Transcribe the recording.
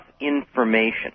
information